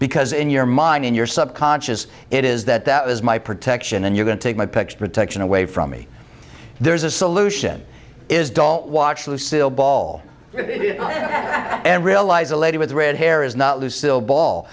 because in your mind in your subconscious it is that that is my protection and you're going to take my picture protection away from me there is a solution is don't watch lucille ball and realize a lady with red hair is not lucilla ball